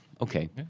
Okay